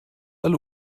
alle